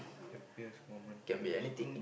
happiest moment means